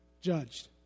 judged